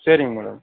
சரிங்க மேடம்